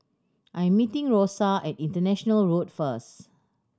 I'm meeting Rosa at International Road first